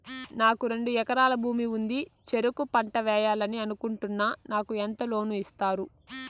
నాకు రెండు ఎకరాల భూమి ఉంది, చెరుకు పంట వేయాలని అనుకుంటున్నా, నాకు ఎంత లోను ఇస్తారు?